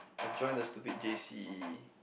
I joined the stupid j_c